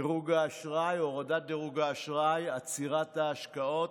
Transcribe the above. דירוג האשראי, הורדת דירוג האשראי, עצירת ההשקעות,